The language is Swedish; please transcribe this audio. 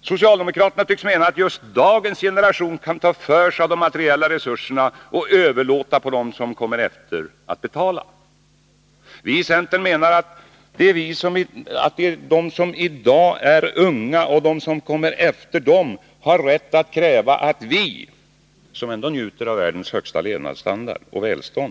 Socialdemokraterna tycks mena att just dagens generation kan ta för sig av de materiella resurserna och överlåta på dem som kommer efter att betala. Vi i centern menar att de som i dag är unga och de som kommer efter dem har rätt att kräva att vi — som ändå njuter av världens högsta välstånd